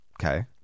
Okay